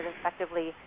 effectively